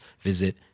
visit